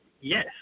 Yes